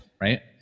right